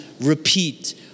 repeat